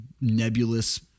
nebulous